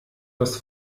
das